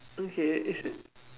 okay is it